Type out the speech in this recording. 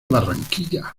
barranquilla